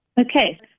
Okay